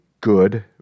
good